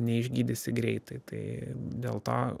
neišgydysi greitai tai dėl to